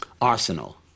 arsenal